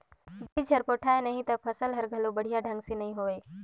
बिज हर पोठाय नही त फसल हर घलो बड़िया ढंग ले नइ होवे